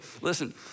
listen